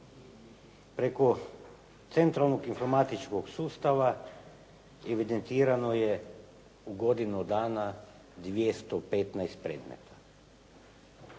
Preko centralnog informatičkog sustava evidentirano je u godinu dana 215 predmeta.